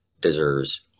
deserves